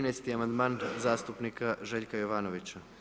13. amandman zastupnika Željka Jovanovića.